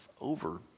over